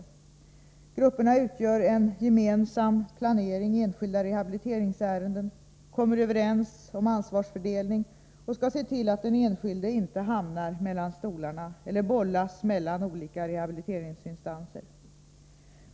Rehagrupperna gör upp en gemensam planering i enskilda rehabiliteringsärenden, kommer överens om ansvarsfördelning och skall se till att den enskilde inte ”hamnar mellan stolarna” eller bollas mellan olika rehabiliteringsinstanser.